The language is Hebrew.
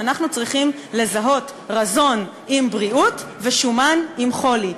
שאנחנו צריכים לזהות רזון עם בריאות ושומן עם חולי.